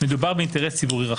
מדובר באינטרס ציבורי רחב.